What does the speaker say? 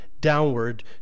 downward